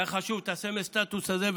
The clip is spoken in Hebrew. היה חשוב סמל הסטטוס הזה.